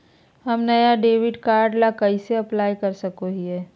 हम नया debit card ला कइसे अप्लाई कर सको हियै?